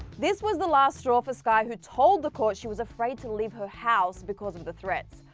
this was the last straw for skai who told the court she was afraid to leave her house because of the threats.